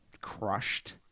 crushed